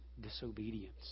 disobedience